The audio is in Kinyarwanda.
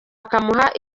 bakamuha